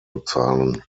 bezahlen